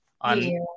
on